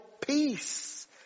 peace